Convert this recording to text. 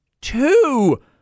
two